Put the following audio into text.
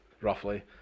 roughly